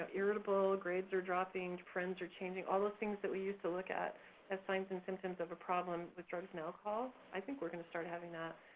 irritable, grades are dropping, friends are changing, all those things that we used to look at as signs and symptoms of a problem with drugs and alcohol, i think we're gonna start having that,